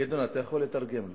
גדעון, אתה יכול לתרגם לו.